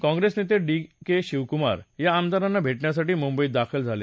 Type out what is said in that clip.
कॉंग्रेस नेते D K Shivakumar या आमदारांना भेटण्यासाठी मुंबईत दाखल झाले